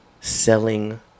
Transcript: selling